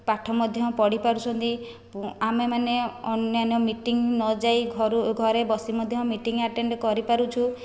ପାଠ ମଧ୍ୟ ପଢ଼ି ପାରୁଛନ୍ତି ଆମେମାନେ ଅନ୍ୟାନ୍ୟ ମିଟିଂ ନଯାଇ ଘରୁ ଘରେ ବସି ମଧ୍ୟ ମିଟିଂ ଆଟେଣ୍ଡ କରିପାରୁଛୁ